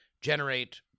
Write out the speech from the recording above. generate